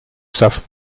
savent